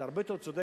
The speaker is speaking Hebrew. זה הרבה יותר צודק,